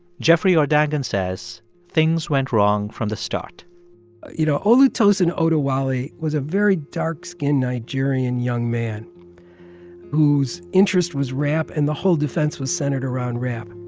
jeffrey urdangen says things went wrong from the start you know, olutosin oduwole was a very dark-skinned nigerian, young man whose interest was rap. and the whole defense was centered around rap.